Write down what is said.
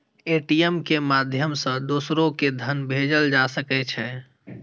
ATM के माध्यम सं दोसरो कें धन भेजल जा सकै छै